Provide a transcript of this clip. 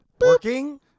working